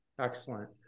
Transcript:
Excellent